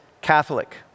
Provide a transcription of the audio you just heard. Catholic